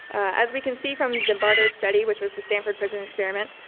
as we can see from zimbardo's study which was the stanford prison experiment,